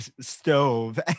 stove